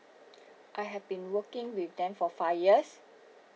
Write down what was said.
I have been working with them for five years